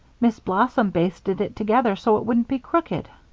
miss blossom basted it together so it wouldn't be crooked.